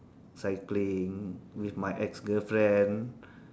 cycling with my ex girlfriend